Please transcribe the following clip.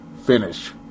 finish